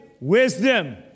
wisdom